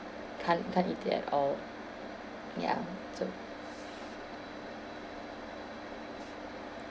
can't can't eat it at all ya so